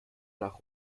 nach